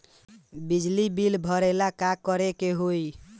बिजली बिल भरेला का करे के होई?